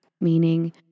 meaning